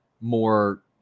more